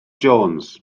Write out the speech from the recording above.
jones